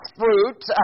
fruit